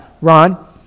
Ron